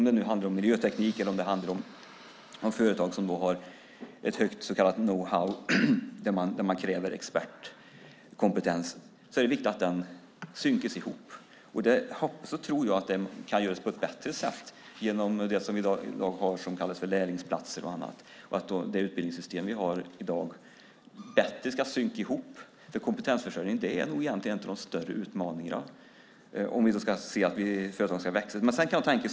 Det kan handla om miljöteknik eller om företag med stort så kallat know how som kräver expertkompetens. Det är viktigt med en synkronisering där. Jag både hoppas och tror att det kan göras på ett bättre sätt bland annat genom det som vi i dag har och som kallas för lärlingsplatser. Vårt utbildningssystem i dag ska bättre synkronisera, för kompetensförsörjningen är nog egentligen en av de större utmaningarna när det gäller att se till att företagen kan växa. Herr talman!